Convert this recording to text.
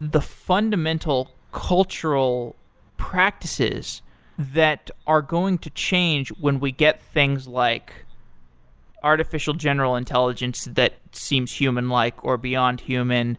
the fundamental cultural practices that are going to change when we get things like artificial general intelligence that seems human-like like or beyond human,